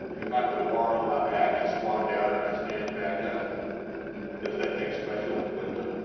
if i put a bar on my back, i squat down and i stand back up does that take special equipment?